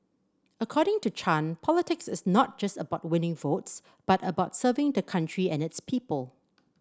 according to Chan politics is not just about winning votes but about serving the country and its people